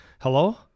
hello